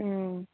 ꯎꯝ